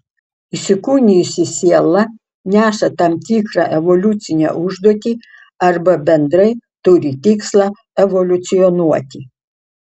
įsikūnijusi siela neša tam tikrą evoliucinę užduotį arba bendrai turi tikslą evoliucionuoti